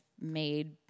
made